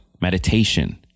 meditation